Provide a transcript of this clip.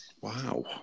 Wow